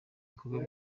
ibikorwa